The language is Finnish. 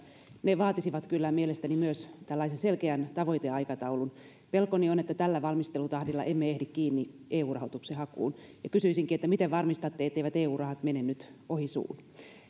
ne vaatisivat kyllä mielestäni myös tällaisen selkeän tavoiteaikataulun pelkoni on että tällä valmistelutahdilla emme ehdi kiinni eu rahoituksen hakuun kysyisinkin miten varmistatte etteivät eu rahat mene nyt ohi suun